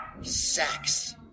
sex